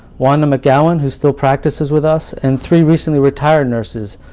wanda mcgowan, who still practices with us, and three recently retired nurses,